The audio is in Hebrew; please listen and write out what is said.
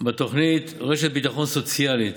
בתוכנית רשת ביטחון סוציאלית,